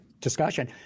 discussion